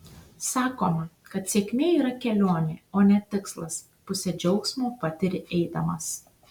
sakoma kad sėkmė yra kelionė o ne tikslas pusę džiaugsmo patiri eidamas